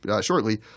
shortly